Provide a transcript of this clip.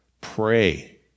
Pray